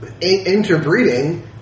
interbreeding